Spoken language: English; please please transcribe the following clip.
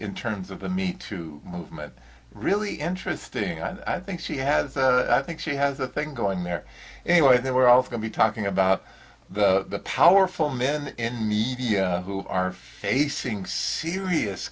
in terms of the meat to movement really interesting and i think she has a i think she has a thing going there anyway they were all going to be talking about the powerful men in media who are facing serious